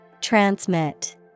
Transmit